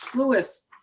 louis.